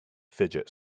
fidget